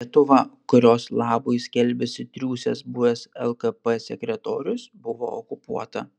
lietuva kurios labui skelbiasi triūsęs buvęs lkp sekretorius buvo okupuota